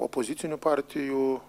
opozicinių partijų